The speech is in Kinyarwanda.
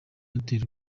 airtel